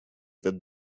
that